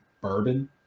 bourbon